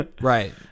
right